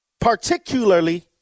particularly